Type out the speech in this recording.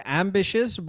ambitious